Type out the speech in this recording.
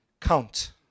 count